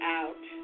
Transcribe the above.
out